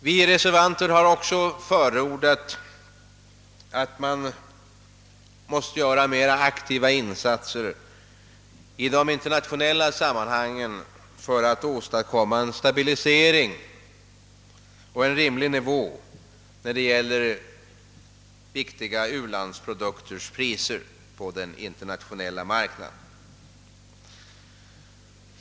Vi reservanter har också framhållit, att man måste göra mera aktiva insat ser i de internationella sammanhangen för att åstadkomma en stabilisering på en rimlig nivå i fråga om viktiga ulandsprodukters priser på den internationella marknaden.